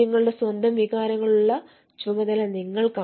നിങ്ങളുടെ സ്വന്തം വികാരങ്ങളുടെ ചുമതല നിങ്ങൾക്കാണ്